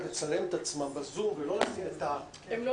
11:05.